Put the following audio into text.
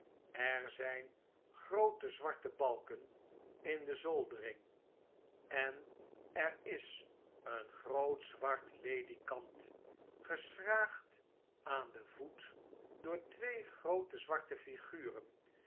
er zyn groote zwarte balken in de zolitt s vn p f ovekdrukken dering en er is een groot zwart ledikant geschraagd aan den voet door twee groote zwarte figuren